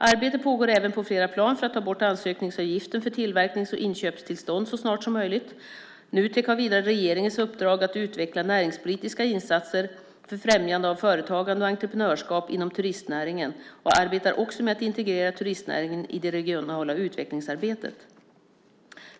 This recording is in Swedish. Arbete pågår även på flera plan för att ta bort ansökningsavgiften för tillverknings och inköpstillstånd så snart som möjligt. Nutek har vidare regeringens uppdrag att utveckla näringspolitiska insatser för främjande av företagande och entreprenörskap inom turistnäringen och arbetar också med att integrera turistnäringen i det regionala utvecklingsarbetet.